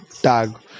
tag